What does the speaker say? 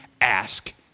ask